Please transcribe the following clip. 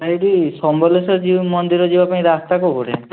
ଭାଇ ଏଇଟି ସମଲେଶ୍ୱରୀ ଯି ମନ୍ଦିର ଯିବା ପାଇଁ ରାସ୍ତା କେଉଁପଟେ